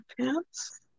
pants